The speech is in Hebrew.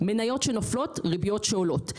מניות שנופלות וריביות שעולות.